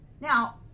now